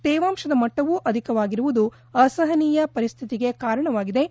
ತೇವಾಂಶದ ಮಟ್ಟವೂ ಅಧಿಕವಾಗಿರುವುದು ಅಸಹನೀಯ ಪರಿಸ್ಥಿತಿಗೆ ಕಾರಣವಾಗಿದ್ದು